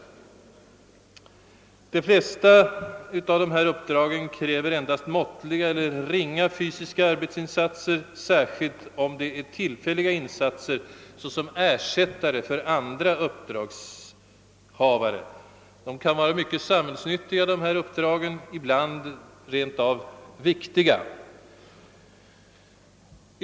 De flesta av dessa uppdrag kräver endast måttliga eller ringa fysiska arbetsinsatser, särskilt om det gäller tillfälliga insatser som ersättare för andra uppdragshavare. Uppdragen kan vara mycket samhällsnyttiga, ibland rent av viktiga.